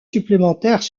supplémentaires